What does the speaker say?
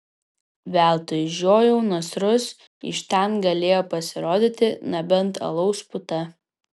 veltui žiojau nasrus iš ten galėjo pasirodyti nebent alaus puta